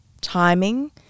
timing